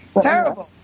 Terrible